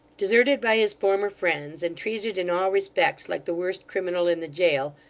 deserted by his former friends, and treated in all respects like the worst criminal in the jail,